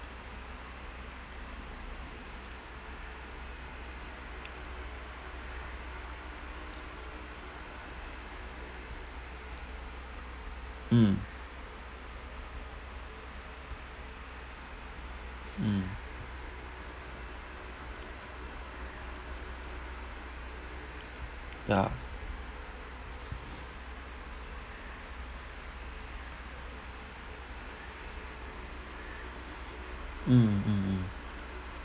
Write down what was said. mm mm ya mm mmhmm